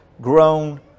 grown